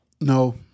No